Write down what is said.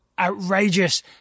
outrageous